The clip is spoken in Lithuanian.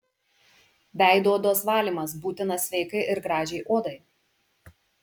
veido odos valymas būtinas sveikai ir gražiai odai